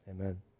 Amen